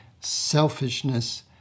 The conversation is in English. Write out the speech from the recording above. selfishness